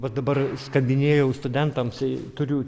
va dabar skambinėjau studentams turiu